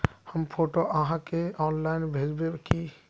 हम फोटो आहाँ के ऑनलाइन भेजबे की?